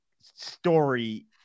story